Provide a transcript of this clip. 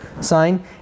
sign